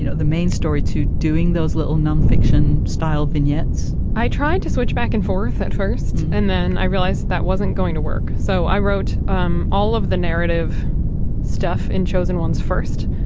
you know the main story to doing those little nonfiction style vignettes i tried to switch back and forth at first and then i realized that wasn't going to work. so i wrote um all of the narrative stuff in chosen ones first,